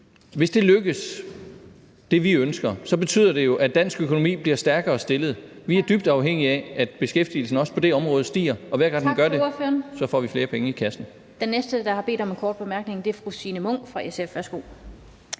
hvis det, vi ønsker, lykkes, betyder det jo, at dansk økonomi bliver stærkere stillet. Vi er dybt afhængige af, at beskæftigelsen også på det område stiger, og hver gang den gør det, får vi flere penge i kassen.